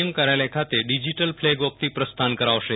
એમ કાર્યાલય ખાતે digital flag off થી પ્રસ્થાન કરાવશે